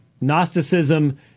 Gnosticism